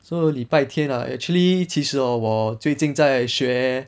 so 礼拜天 ah actually 其实 hor 我最近在学